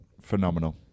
Phenomenal